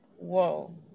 whoa